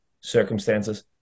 circumstances